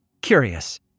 Curious